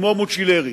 כמו מוצ'ילר.